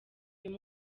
uyu